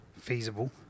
feasible